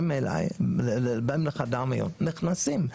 באים לחדר מיון נכנסים,